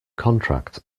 contract